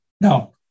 Now